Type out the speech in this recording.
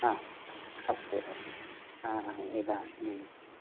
हा अस्तु एव हा इदानीम्